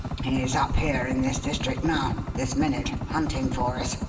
he's up here in this district now this minute hunting for us.